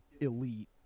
elite